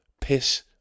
piss